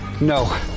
No